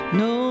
no